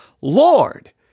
Lord